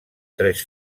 tres